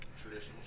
traditional